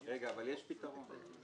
אבל יש פתרון.